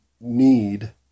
need